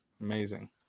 amazing